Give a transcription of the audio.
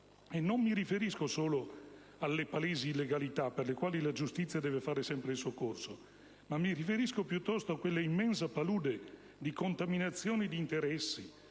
Non mi riferisco solo alle palesi illegalità per le quali la giustizia deve fare sempre il suo corso; mi riferisco, piuttosto, a quella immensa palude di contaminazioni di interessi,